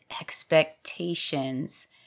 expectations